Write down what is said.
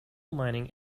mining